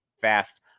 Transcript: fast